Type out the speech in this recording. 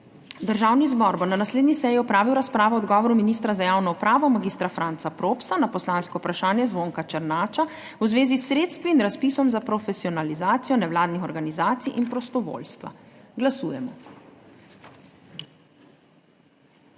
Državni zbor bo na naslednji seji opravil razpravo o odgovoru ministra za javno upravo mag. Franca Propsa na poslansko vprašanje Zvonka Černača v zvezi s sredstvi in razpisom za profesionalizacijo nevladnih organizacij in prostovoljstva. Glasujemo.